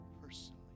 personally